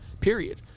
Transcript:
period